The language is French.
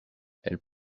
elle